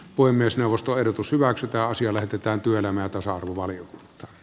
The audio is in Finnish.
voi myös neuvostoehdotus hyväksytä asia lähetetään työelämän tasa arvon